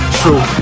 true